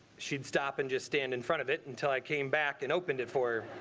she'd stop and just stand in front of it until i came back and opened it for